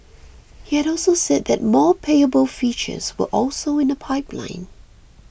he had also said that more payable features were also in the pipeline